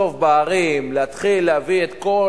לחצוב בהרים, להתחיל להביא את כל